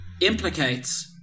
implicates